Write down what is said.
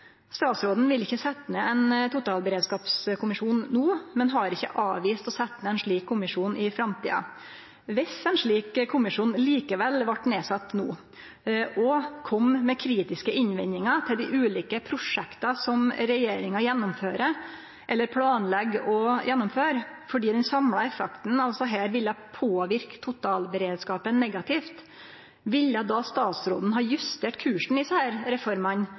Statsråden vil ikkje setje ned ein totalberedskapskommisjon no, men har ikkje avvist å setje ned ein slik kommisjon i framtida. Dersom ein slik kommisjon likevel vart nedsett no og kom med kritiske innvendingar til dei ulike prosjekta som regjeringa gjennomfører eller planlegg å gjennomføre, fordi den samla effekten av desse ville påverke totalberedskapen negativt, ville då statsråden ha justert kursen i